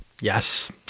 Yes